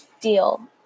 deal